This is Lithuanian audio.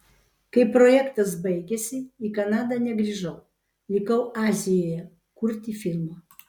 kai projektas baigėsi į kanadą negrįžau likau azijoje kurti filmo